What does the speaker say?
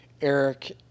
Eric